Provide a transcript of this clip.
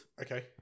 Okay